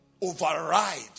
Override